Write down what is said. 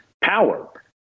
power